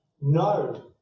no